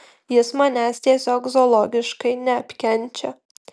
jis manęs tiesiog zoologiškai neapkenčia